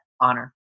honor